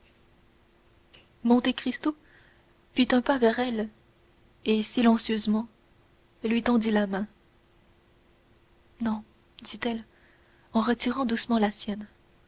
monte cristo fit un pas vers elle et silencieusement lui tendit la main non dit-elle en retirant doucement la sienne